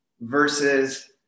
versus